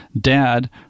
dad